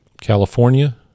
California